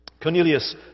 Cornelius